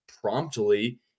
promptly